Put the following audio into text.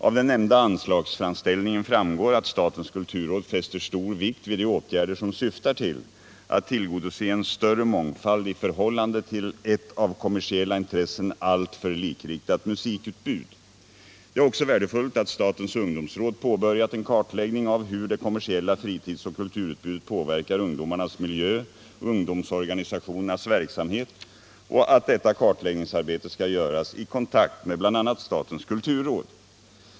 Av den nämnda anslagsframställningen framgår att statens kulturråd fäster stor vikt vid åtgärder som går ut på att tillgodose en större mångfald i förhållande till ett av kommersiella intressen alltför likriktat musikutbud. Det är också värdefullt att statens ungdomsråd påbörjat en kartläggning av hur det kommersiella fritidsoch kulturutbudet påverkar ungdomarnas miljö och ungdomsorganisationernas verksamhet och att detta kartläggningsarbete skall göras i kontakt med bl.a. statens kulturråd.